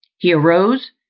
he arose,